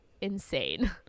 insane